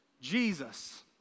Jesus